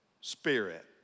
spirit